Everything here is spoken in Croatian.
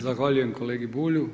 Zahvaljujem kolegi Bulju.